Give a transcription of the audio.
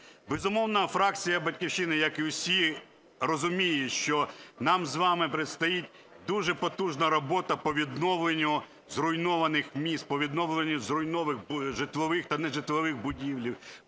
Безумовно, фракція "Батьківщина", як і усі, розуміє, що нам з вами предстоит дуже потужна робота по відновленню зруйнованих міст, по відновленню зруйнованих житлових та нежитлових будівель,